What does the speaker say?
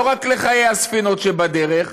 לא רק לחיי הספינות שבדרך,